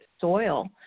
soil